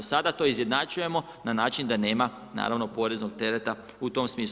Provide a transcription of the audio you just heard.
Sada to izjednačujemo na način da nema naravno poreznog tereta u tom smislu.